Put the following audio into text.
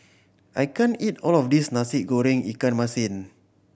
I can't eat all of this Nasi Goreng ikan masin